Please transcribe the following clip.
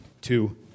two